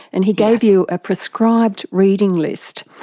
and he gave you a prescribed reading list.